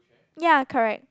ya correct